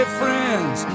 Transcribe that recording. friends